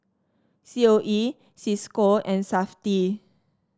C O E Cisco and Safti